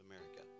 America